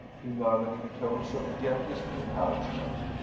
he murmured, in tones of the gentlest encouragement.